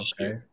okay